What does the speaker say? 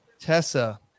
Tessa